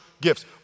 gifts